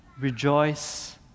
Rejoice